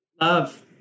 Love